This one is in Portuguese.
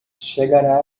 chegará